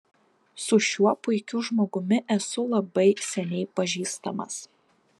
su šiuo puikiu žmogumi esu labai seniai pažįstamas